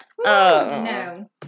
No